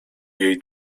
jej